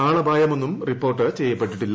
ആളപായമൊന്നും report ചെയ്യപ്പെട്ടിട്ടില്ല